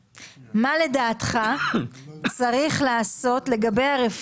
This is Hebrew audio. הסתייגות מספר 11. מי בעד קבלת הרוויזיה?